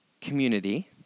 community